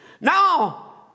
Now